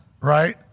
right